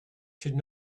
should